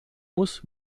muss